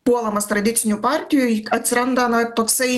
puolamas tradicinių partijų atsiranda na toksai